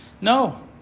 No